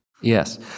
Yes